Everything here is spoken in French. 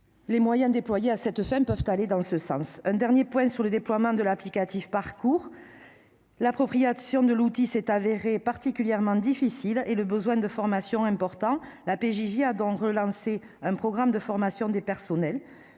Les moyens déployés à cette fin peuvent aller en ce sens. Je veux, pour terminer, évoquer le déploiement de l'applicatif Parcours. L'appropriation de l'outil s'est révélée particulièrement difficile, et le besoin de formation est important. La PJJ a donc relancé un programme de formation des personnels.